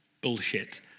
bullshit